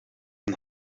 een